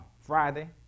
Friday